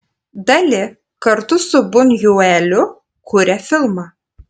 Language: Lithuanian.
dali kartu su bunjueliu kuria filmą